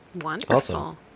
Wonderful